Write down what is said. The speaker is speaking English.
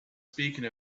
speaking